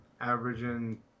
averaging